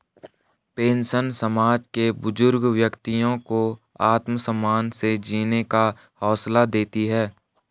pension समाज के बुजुर्ग व्यक्तियों को आत्मसम्मान से जीने का हौसला देती है